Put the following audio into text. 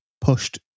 pushed